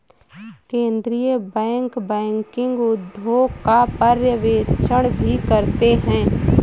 केन्द्रीय bank banking उद्योग का पर्यवेक्षण भी करते हैं